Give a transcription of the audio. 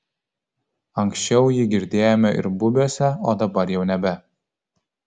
anksčiau jį girdėjome ir bubiuose o dabar jau nebe